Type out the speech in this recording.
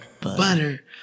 Butter